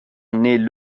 naît